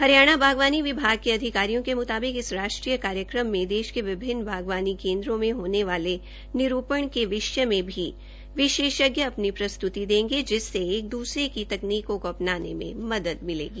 हरियाणा बागवानी विभाग के अधिकारियों के मुताबिक इस राष्ट्रीय कार्यक्रम मे देश के विभिन्न बागवानी केन्द्रों मे होने वाले निरूपण के विषय में भी विशेषज्ञ अपनी प्रस्तृति देंगे जिससे एक दूसरे की तकनीकों को अपनाने में मदद मिलेगी